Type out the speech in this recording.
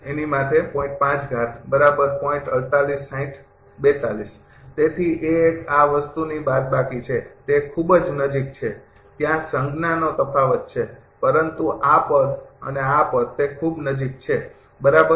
તેથી A ૧ આ વસ્તુની બાદબાકી છે તે ખૂબ જ નજીક છે ત્યાં સંજ્ઞા નો તફાવત છે પરંતુ આ પદ અને આ પદ તે ખૂબ નજીક છે બરાબર